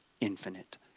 infinite